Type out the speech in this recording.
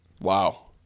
Wow